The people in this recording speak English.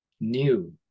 new